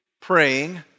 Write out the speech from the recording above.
praying